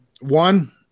one